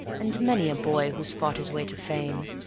and many a boy who's fought his way to fame,